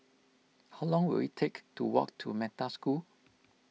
how long will it take to walk to Metta School